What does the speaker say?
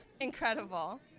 incredible